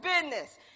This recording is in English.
business